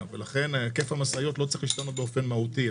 היקף המשאיות לא צריך להשתנות באופן מהותי.